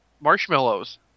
Marshmallows